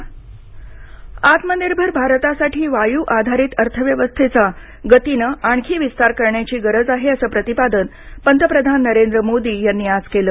पंतप्रधान आत्मनिर्भर भारतासाठी वायू आधारित अर्थ व्यवस्थेचा गतीनं आणखी विस्तार करण्याची गरज आहे असं प्रतिपादन पंतप्रधान नरेंद्र मोदी यांनी आज केलं